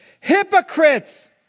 Hypocrites